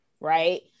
right